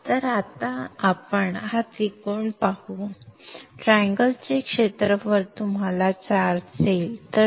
तर आता आपण हा त्रिकोण पाहू या ट्रँगल चे क्षेत्रफळ तुम्हाला चार्ज देईल